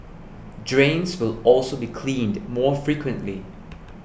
drains will also be cleaned more frequently